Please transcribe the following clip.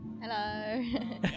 Hello